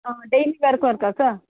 ஆ daily வியர்க்கும் இருக்கா sir